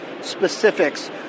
specifics